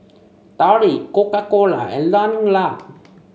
Darlie Coca Cola and Learning Lab